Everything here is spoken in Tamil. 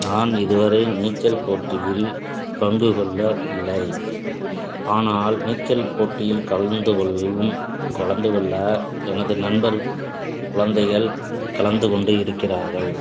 நான் இதுவரை நீச்சல் போட்டியில் பங்கு கொள்ளவில்லை ஆனால் நீச்சல் போட்டியில் கலந்துக் கொள்ளும் கலந்துக் கொள்ள எனது நண்பர் குழந்தைகள் கலந்துக்கொண்டு இருக்கிறார்கள்